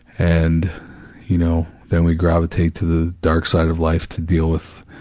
and you know, then we gravitate to the dark side of life to deal with,